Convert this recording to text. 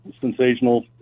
sensational